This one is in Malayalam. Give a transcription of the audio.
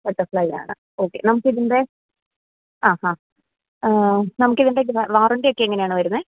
ബട്ടർഫ്ലൈയ്യാണ് ഓക്കെ നമുക്ക് ഇതിന്റെ ആ ഹാ നമുക്ക് ഇതിന്റെ വാറണ്ടിയൊക്കെ എങ്ങനെയാണ് വരുന്നത്